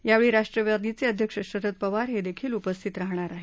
यावेळी राष्ट्रवादीचे अध्यक्ष शरद पवारदेखील उपस्थित राहणार आहेत